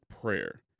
prayer